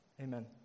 Amen